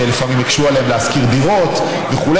שלפעמים הקשו עליהם לשכור דירות וכו'.